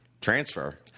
transfer